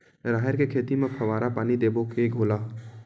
राहेर के खेती म फवारा पानी देबो के घोला?